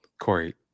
Corey